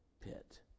pit